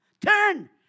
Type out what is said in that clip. Turn